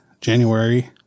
January